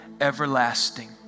everlasting